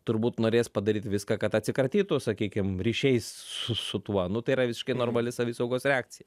turbūt norės padaryt viską kad atsikratytų sakykim ryšiais su su tuo nu tai yra visiškai normali savisaugos reakcija